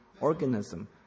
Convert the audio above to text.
organism